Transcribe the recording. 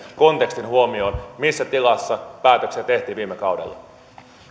kontekstin huomioon missä tilassa päätöksiä tehtiin viime kaudella